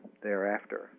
thereafter